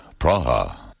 Praha